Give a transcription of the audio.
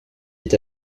est